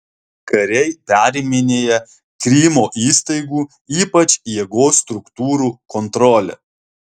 kariai periminėja krymo įstaigų ypač jėgos struktūrų kontrolę